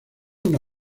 una